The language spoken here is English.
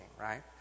right